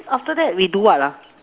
after that we do what ah